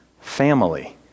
family